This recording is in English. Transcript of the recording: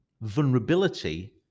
vulnerability